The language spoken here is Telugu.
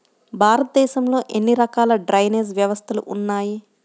భారతదేశంలో ఎన్ని రకాల డ్రైనేజ్ వ్యవస్థలు ఉన్నాయి?